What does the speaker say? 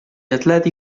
atleti